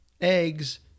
eggs